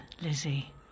Lizzie